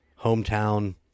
hometown